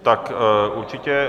Tak určitě.